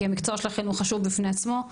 עי המקצוע שלכם הוא חשוב בפני עצמו,